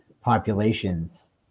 populations